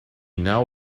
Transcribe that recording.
now